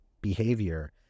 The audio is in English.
behavior